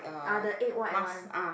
uh the egg white one